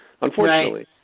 Unfortunately